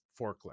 forklift